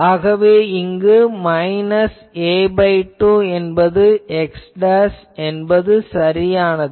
ஆகவே இங்கு -a2 என்பது x என்பது சரியானது